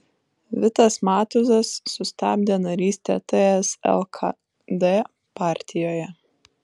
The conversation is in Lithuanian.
vitas matuzas sustabdė narystę ts lkd partijoje